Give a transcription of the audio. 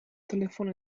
telephone